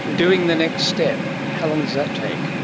doing the next step, how long does that take?